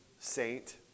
saint